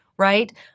right